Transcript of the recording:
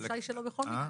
החופשה היא שלו בכל מקרה.